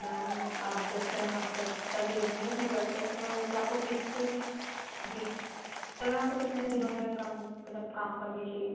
ma'am आप जब कहे आप तब तब भेज दूँगी अपने वर्कर्स को मैम वैसे आपको कितने जी मैम आपको कितने दिनों में कम मतलब काम कम्प्लीट चाहिए